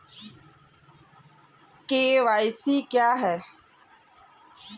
KYC क्या है?